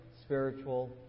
spiritual